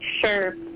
Sure